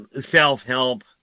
self-help